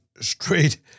straight